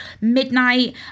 midnight